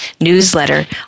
newsletter